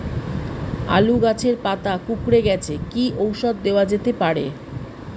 আলু গাছের পাতা কুকরে গেছে কি ঔষধ দেওয়া যেতে পারে?